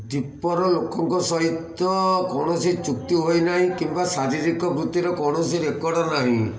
ଦ୍ୱୀପର ଲୋକଙ୍କ ସହିତ କୌଣସି ଚୁକ୍ତି ହୋଇନାହିଁ କିମ୍ବା ଶାରୀରିକ ବୃତ୍ତିର କୌଣସି ରେକର୍ଡ ନାହିଁ